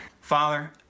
Father